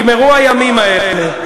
נגמר, נגמר, נגמרו הימים האלה.